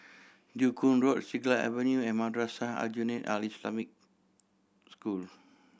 Joo Koon Road Siglap Avenue and Madrasah Aljunied Al Islamic School